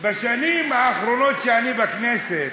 בשנים האחרונות שאני בכנסת,